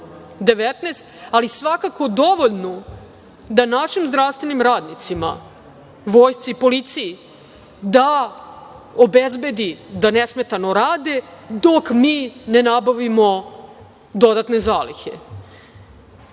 ali svakako dovoljnu da našim zdravstvenim radnicima, vojsci i policiji, obezbedi da nesmetano rade, dok mi ne nabavimo dodatne zalihe. Imali